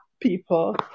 people